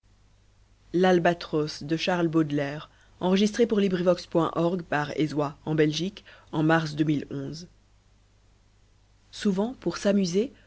souvent pour s'amuser